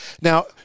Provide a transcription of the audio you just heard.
Now